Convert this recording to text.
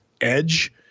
edge